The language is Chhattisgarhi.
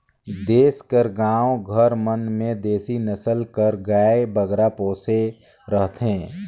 देस कर गाँव घर मन में देसी नसल कर गाय बगरा पोसे रहथें